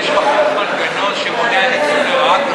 יש מנגנון שמונע ניצול לרעה?